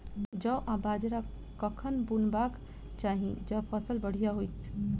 जौ आ बाजरा कखन बुनबाक चाहि जँ फसल बढ़िया होइत?